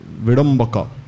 Vidambaka